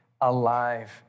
alive